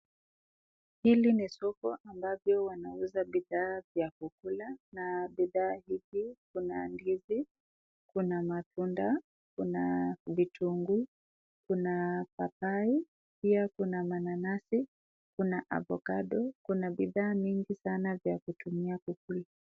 Hili ni soko ambavyo wanauza bidhaa vya kukula na bidhaa hii kuna ndizi, kuna matunda, kuna vitunguu, kuna papai pia kuna mananasi, kuna avocado, kuna bidhaa mingi sana vya kutumia kukula.